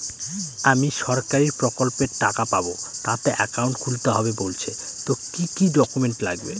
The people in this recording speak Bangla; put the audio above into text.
আমি সরকারি প্রকল্পের টাকা পাবো তাতে একাউন্ট খুলতে হবে বলছে তো কি কী ডকুমেন্ট লাগবে?